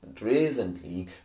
recently